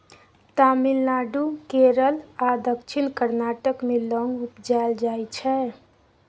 तमिलनाडु, केरल आ दक्षिण कर्नाटक मे लौंग उपजाएल जाइ छै